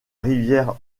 rivière